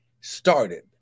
started